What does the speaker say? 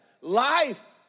life